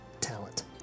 talent